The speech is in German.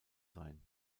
sein